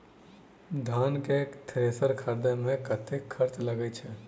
धान केँ थ्रेसर खरीदे मे कतेक खर्च लगय छैय?